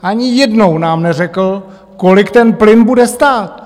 Ani jednou nám neřekl, kolik ten plyn bude stát.